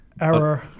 error